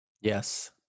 Yes